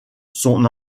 son